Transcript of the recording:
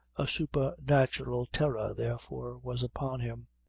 a supernatural terror, therefore, was upon him,